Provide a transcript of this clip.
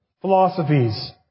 philosophies